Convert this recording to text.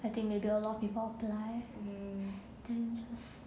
I think maybe a lot of people apply then